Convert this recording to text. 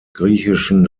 griechischen